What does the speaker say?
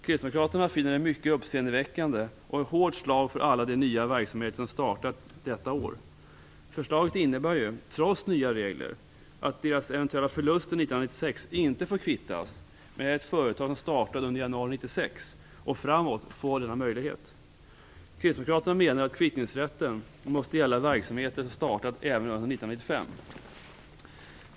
Kristdemokraterna finner att detta är mycket uppseendeväckande och ett hårt slag för alla de nya verksamheter som startat detta år. Förslaget innebär ju, trots nya regler, att deras eventuella förluster 1996 inte får kvittas, medan ett företag som startat under januari 1996 och framåt får denna möjlighet. Kristdemokraterna menar att kvittningsrätten måste gälla för verksamheter som startat även under 1995.